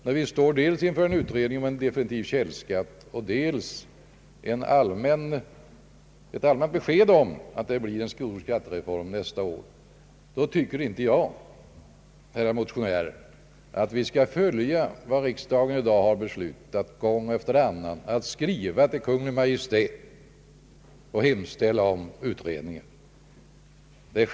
När vi dels står inför en utredning om definitiv källskatt och dels har fått ett allmänt besked om att det blir en stor skattereform nästa år tycker inte jag, herrar motionärer, att riksdagen i dag skall skriva till Kungl. Maj:t och hemställa om ytterligare utredningar.